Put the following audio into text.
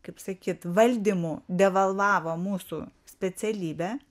kaip sakyt valdymu devalvavo mūsų specialybę